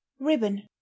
ribbon